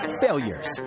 failures